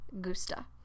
gusta